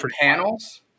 panels